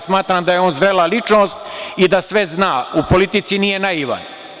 Smatram da je on zrela ličnost i da sve zna, u politici nije naivan.